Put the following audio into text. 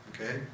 Okay